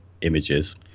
images